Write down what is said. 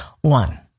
one